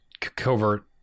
covert